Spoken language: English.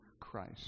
Christ